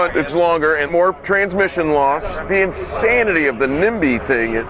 it's longer, and more transmission loss. the insanity of the nimby thing!